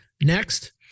Next